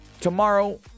tomorrow